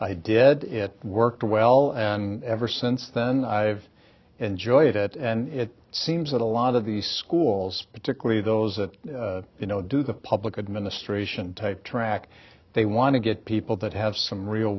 i did it worked well and ever since then i've enjoyed it and it seems that a lot of the schools particularly those that you know do the public administration type track they want to get people that have some real